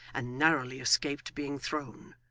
and narrowly escaped being thrown.